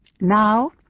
Now